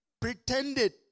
pretended